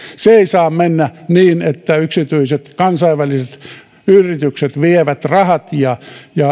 se ei saa mennä niin että yksityiset kansainväliset yritykset vievät rahat ja